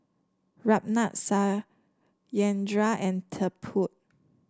Ramnath Satyendra and Tipu